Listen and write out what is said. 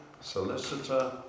solicitor